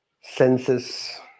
senses